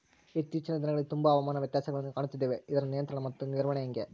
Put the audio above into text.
ಇತ್ತೇಚಿನ ದಿನಗಳಲ್ಲಿ ತುಂಬಾ ಹವಾಮಾನ ವ್ಯತ್ಯಾಸಗಳನ್ನು ಕಾಣುತ್ತಿದ್ದೇವೆ ಇದರ ನಿಯಂತ್ರಣ ಮತ್ತು ನಿರ್ವಹಣೆ ಹೆಂಗೆ?